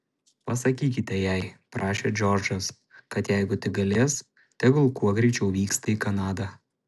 pasakykite jai prašė džordžas kad jeigu tik galės tegul kuo greičiau vyksta į kanadą